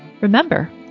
Remember